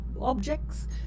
objects